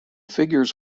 figures